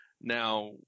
Now